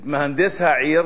את מהנדס העיר